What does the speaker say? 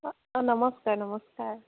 অঁ নমস্কাৰ নমস্কাৰ